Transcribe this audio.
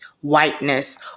whiteness